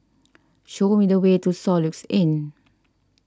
show me the way to Soluxe Inn